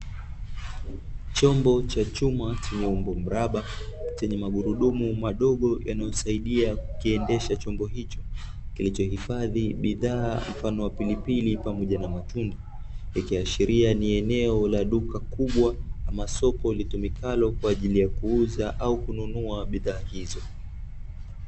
Chombo cha chuma chenye umbo mraba, chenye magurudumu madogo yanayosaidia kukiendesha chombo hicho, kilichohifadhi bidhaa mfano wa pilipili pamoja na matunda, ikiashiria ni eneo la duka kubwa au soko litumikalo kwa ajili ya kuuza au kununua bidhaa hizo.